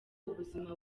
ubuzima